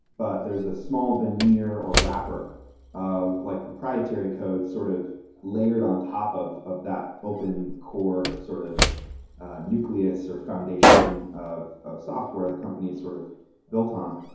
but there's a small veneer or wrapper or like proprietary codes sort of layered on top of of that open core sort of nucleus or foundation of of software the company is sort of built on.